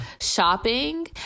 shopping